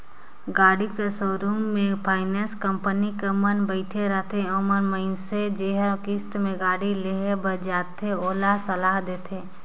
गाड़ी कर सोरुम में फाइनेंस कंपनी कर मन बइठे रहथें ओमन मइनसे जेहर किस्त में गाड़ी लेहे बर जाथे ओला सलाह देथे